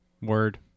Word